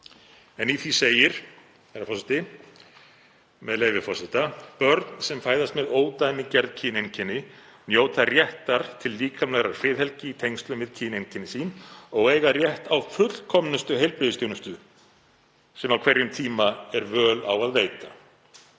Í því segir, með leyfi forseta: „Börn sem fæðast með ódæmigerð kyneinkenni njóta réttar til líkamlegrar friðhelgi í tengslum við kyneinkenni sín og eiga rétt á fullkomnustu heilbrigðisþjónustu sem á hverjum tíma er völ á að veita.“